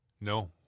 No